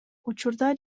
учурда